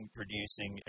producing